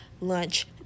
lunch